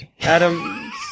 Adam